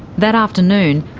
that afternoon,